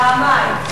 פעמיים.